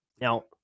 Now